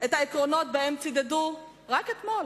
את העקרונות שבהם צידדו רק אתמול.